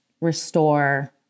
restore